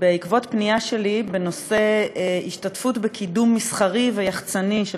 בעקבות פנייה שלי בנושא השתתפות בקידום מסחרי ויחצני של